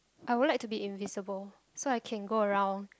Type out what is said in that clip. I would like to be invisible so I can go around